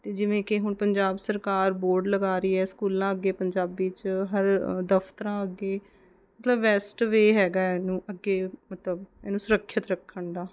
ਅਤੇ ਜਿਵੇਂ ਕਿ ਹੁਣ ਪੰਜਾਬ ਸਰਕਾਰ ਬੋਰਡ ਲਗਾ ਰਹੀ ਹੈ ਸਕੂਲਾਂ ਅੱਗੇ ਪੰਜਾਬੀ 'ਚ ਹਰ ਦਫਤਰਾਂ ਅੱਗੇ ਮਤਲਬ ਬੈਸਟ ਵੇਅ ਹੈਗਾ ਇਹਨੂੰ ਅੱਗੇ ਮਤਲਵ ਇਹਨੂੰ ਸੁਰੱਖਿਅਤ ਰੱਖਣ ਦਾ